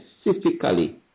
specifically